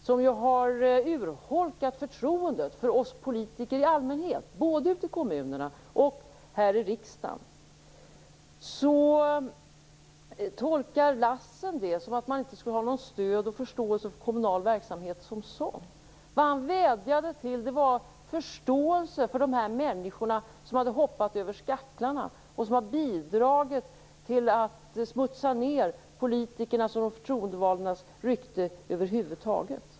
Dessa har urholkat förtroendet för oss politiker i allmänhet, både ute i kommunerna och här i riksdagen. Frank Lassen tolkar detta så att jag inte skulle ha någon förståelse för kommunal verksamhet som sådan. Han vädjade om förståelse för de människor som har hoppat över skaklarna och som har bidragit till att smutsa ned politikernas och de förtroendevaldas rykte över huvud taget.